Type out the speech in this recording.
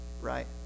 Right